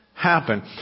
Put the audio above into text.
happen